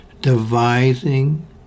devising